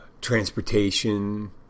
transportation